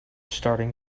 starting